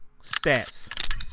stats